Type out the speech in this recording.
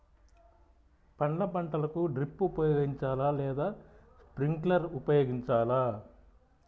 పండ్ల పంటలకు డ్రిప్ ఉపయోగించాలా లేదా స్ప్రింక్లర్ ఉపయోగించాలా?